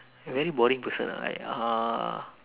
a very boring person lah I uh